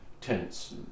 tents